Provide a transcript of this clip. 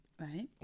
Right